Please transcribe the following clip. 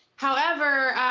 however,